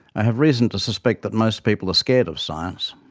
i have reason to suspect that most people are scared of science.